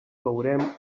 veurem